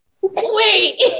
Wait